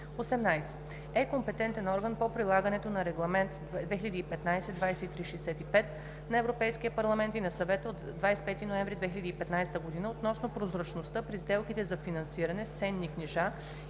18. е компетентен орган по прилагането на Регламент (ЕС) 2015/2365 на Европейския парламент и на Съвета от 25 ноември 2015 г. относно прозрачността при сделките за финансиране с ценни книжа